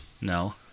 No